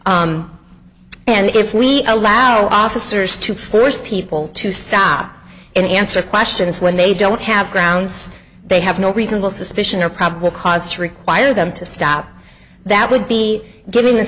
lot and if we allow officers to force people to stop and answer questions when they don't have grounds they have no reasonable suspicion or probable cause to require them to stop that would be giving the